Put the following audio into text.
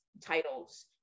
titles